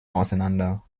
auseinander